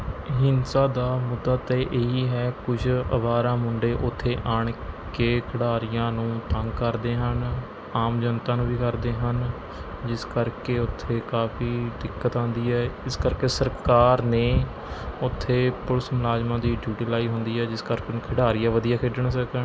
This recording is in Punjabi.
ਹਿੰਸਾ ਦਾ ਮੁੱਦਾ ਤਾਂ ਇਹ ਹੀ ਹੈ ਕੁਛ ਅਵਾਰਾ ਮੁੰਡੇ ਉੱਥੇ ਆ ਕੇ ਖਿਡਾਰੀਆਂ ਨੂੰ ਤੰਗ ਕਰਦੇ ਹਨ ਆਮ ਜਨਤਾ ਨੂੰ ਵੀ ਕਰਦੇ ਹਨ ਜਿਸ ਕਰਕੇ ਉੱਥੇ ਕਾਫ਼ੀ ਦਿੱਕਤ ਆਉਂਦੀ ਹੈ ਇਸ ਕਰਕੇ ਸਰਕਾਰ ਨੇ ਉੱਥੇ ਪੁਲਿਸ ਮੁਲਾਜ਼ਮਾਂ ਦੀ ਡਿਊਟੀ ਲਾਈ ਹੁੰਦੀ ਹੈ ਜਿਸ ਕਰਕੇ ਖਿਡਾਰੀਆਂ ਵਧੀਆ ਖੇਡਣ ਸਕਣ